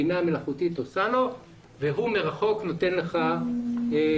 הבינה המלאכותית עושה לו את זה והוא מרחוק נותן לך טיפול.